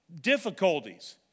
difficulties